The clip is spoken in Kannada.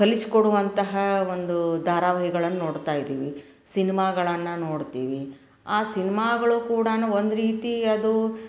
ಕಲಿಸಿ ಕೊಡುವಂತಹ ಒಂದು ಧಾರಾವಾಹಿಗಳನ್ನು ನೋಡ್ತಾ ಇದ್ದೀವಿ ಸಿನ್ಮಾಗಳನ್ನು ನೋಡ್ತೀವಿ ಆ ಸಿನ್ಮಾಗಳು ಕೂಡಾ ಒಂದು ರೀತಿ ಅದು